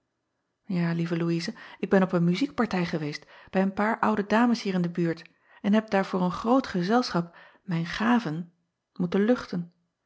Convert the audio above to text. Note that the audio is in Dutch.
a lieve ouise ik ben op een muziekpartij geweest bij een paar oude dames hier in de buurt en heb daar voor een groot gezelschap mijn gaven moeten luchten